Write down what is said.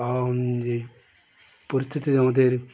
এখন যে পরিস্থিতি আমাদের